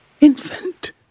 Infant